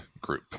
Group